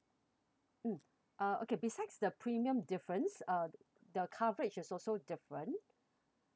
mm uh okay besides the premium difference uh the coverage is also different